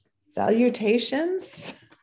Salutations